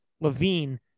Levine